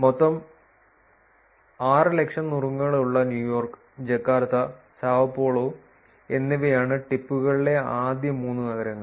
മൊത്തം 600000 നുറുങ്ങുകളുള്ള New York Jakarta Sao Paulo എന്നിവയാണ് ടിപ്പുകളിലെ ആദ്യ 3 നഗരങ്ങൾ